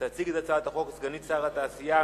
תציג את הצעת החוק סגנית שר התעשייה,